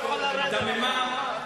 דממה.